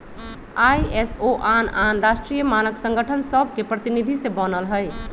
ISO आन आन राष्ट्रीय मानक संगठन सभके प्रतिनिधि से बनल हइ